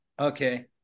Okay